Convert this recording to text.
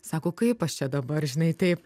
sako kaip aš čia dabar žinai taip